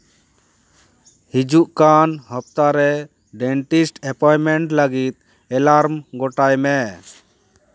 ᱦᱤᱡᱩᱜ ᱠᱟᱱ ᱦᱟᱯᱛᱟ ᱨᱮ ᱰᱮᱱᱴᱤᱥᱴ ᱮᱯᱚᱭᱢᱮᱱᱴ ᱞᱟᱹᱜᱤᱫ ᱮᱞᱟᱨᱢ ᱜᱚᱴᱟᱭ ᱢᱮ